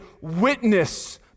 witness